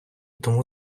тому